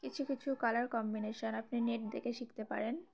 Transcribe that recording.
কিছু কিছু colour combination আপনি নেট দেখে শিখতে পারেন